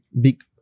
big